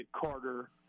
Carter